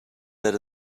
that